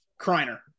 Kreiner